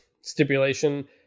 stipulation